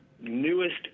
newest